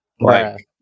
right